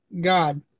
God